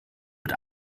mit